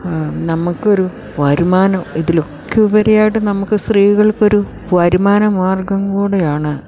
നമുക്കൊരു വരുമാനം ഇതിലൊക്കെ ഉപരിയായിട്ട് നമുക്ക് സ്ത്രീകൾക്കൊരു വരുമാനമാർഗ്ഗം കൂടിയാണ്